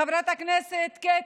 חברת הכנסת קטי,